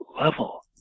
level